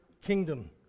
kingdom